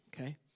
okay